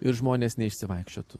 ir žmonės neišsivaikščiotų